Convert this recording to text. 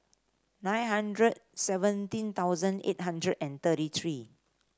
nine hundred seventeen thousand eight hundred and thirty three